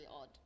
odd